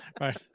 right